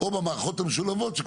או דרך משאבה משולבת.